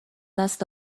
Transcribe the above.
دست